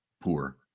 poor